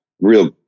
real